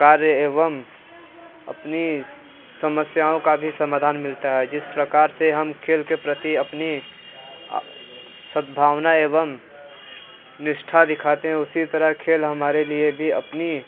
कार्य एवं अपनी समस्याओं का भी समाधान मिलता है जिस प्रकार से हम खेल के प्रति अपनी अ सद्भावना एवं निष्ठा दिखाते हैं उसी तरह खेल हमारे लिए भी अपनी